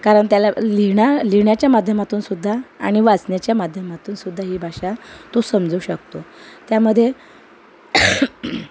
कारण त्याला लिहण्या लिहिण्याच्या माध्यमातूनसुद्धा आणि वाचण्याच्या माध्यमातूनसुद्धा ही भाषा तो समजू शकतो त्यामध्ये